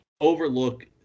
overlook